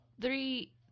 Three